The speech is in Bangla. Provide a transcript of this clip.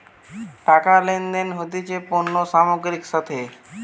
টাকা লেনদেন হতিছে পণ্য সামগ্রীর সাথে